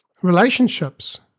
Relationships